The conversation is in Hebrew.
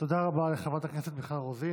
תודה רבה לחברת הכנסת מיכל רוזין.